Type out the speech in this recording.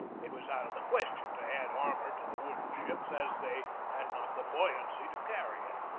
it was out of the question to add armor to the wooden ships, as they had not the buoyancy to carry it.